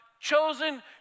chosen